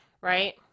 right